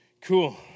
Cool